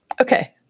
Okay